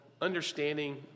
understanding